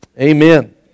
Amen